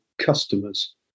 customers